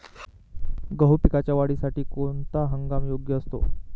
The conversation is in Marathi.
गहू पिकाच्या वाढीसाठी कोणता हंगाम योग्य असतो?